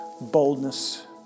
boldness